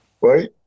right